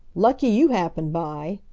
lucky you happened by,